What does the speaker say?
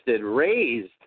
raised